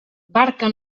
barca